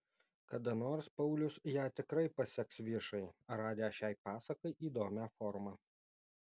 kada nors paulius ją tikrai paseks viešai radęs šiai pasakai įdomią formą